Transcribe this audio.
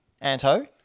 Anto